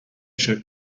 shirt